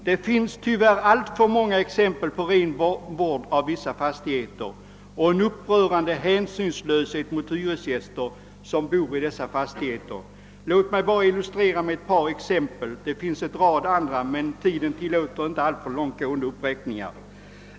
Det finns tyvärr alltför många exempel på ren vanvård av vissa fastigheter och en upprörande hänsynslöshet mot hyresgäster som bor i de fastigheterna. Låt mig bara illustrera med ett par exempel. Det finns en hel rad andra som kunde anföras, men tiden tillåter inte så långt gående uppräkningar.